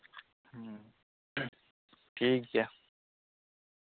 ᱦᱮᱸ ᱴᱷᱤᱠ ᱜᱮᱭᱟ